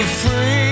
free